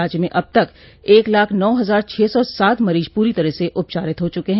राज्य में अब तक एक लाख नौ हजार छह सौ सात मरीज पूरी तरह से उपचारित हो चुके हैं